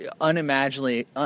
unimaginably